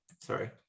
Sorry